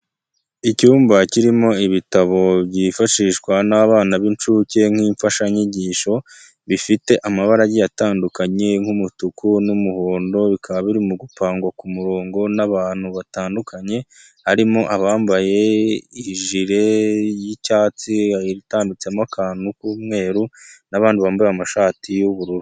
Icyumba kirimo ibitabo byifashishwa n'abana b'incuke nk'imfashanyigisho, bifite amabara agiye atandukanye nk'umutuku n'umuhondo, bikaba biri mu gupangwa ku kumurongo n'abantu batandukanye, harimo abambaye ijire y'icyatsi itambitsemo akantu k'umweru n'abantu bambaye amashati y'ubururu.